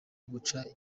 guca